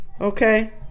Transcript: okay